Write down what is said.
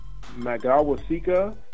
Magawasika